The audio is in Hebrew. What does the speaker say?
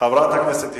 חברת הכנסת יחימוביץ,